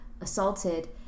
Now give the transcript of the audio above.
assaulted